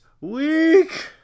week